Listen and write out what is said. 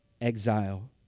exile